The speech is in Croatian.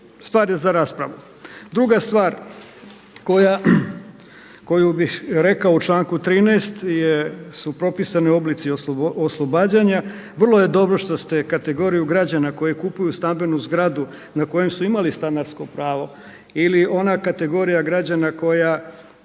Stvar je za raspravu. Druga stvar koju bih rekao u članku 13. su propisani oblici oslobađanja. Vrlo je dobro što ste kategoriju građana koji kupuju stambenu zgradu na kojoj su imali stanarsko pravo ili ona kategorija građana koja